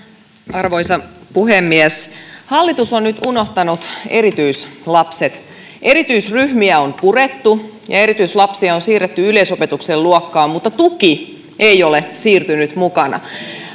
arvoisa puhemies hallitus on nyt unohtanut erityislapset erityisryhmiä on purettu ja erityislapsia on siirretty yleisopetuksen luokkaan mutta tuki ei ole siirtynyt mukana